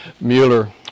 Mueller